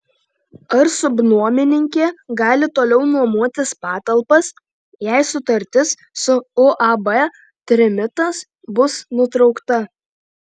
ar subnuomininkė gali toliau nuomotis patalpas jei sutartis su uab trimitas bus nutraukta